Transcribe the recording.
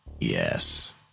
yes